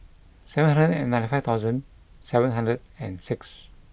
seven hundred and ninety five thousand seven hundred and six